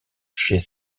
chez